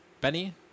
Benny